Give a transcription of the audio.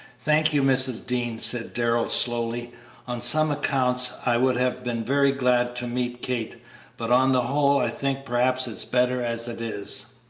thank you, mrs. dean, said darrell, slowly on some accounts i would have been very glad to meet kate but on the whole i think perhaps it is better as it is.